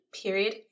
period